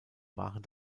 waren